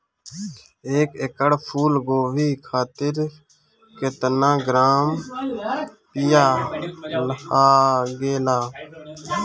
एक एकड़ फूल गोभी खातिर केतना ग्राम बीया लागेला?